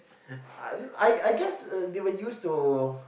I I guess uh they were used to